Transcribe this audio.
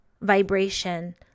vibration